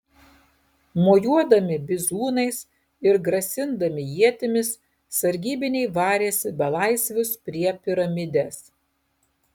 mojuodami bizūnais ir grasindami ietimis sargybiniai varėsi belaisvius prie piramidės